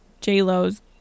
J-Lo's